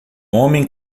homem